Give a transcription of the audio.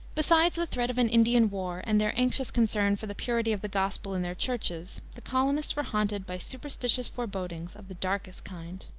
besides the threat of an indian war and their anxious concern for the purity of the gospel in their churches, the colonists were haunted by superstitious forebodings of the darkest kind.